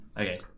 Okay